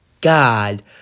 God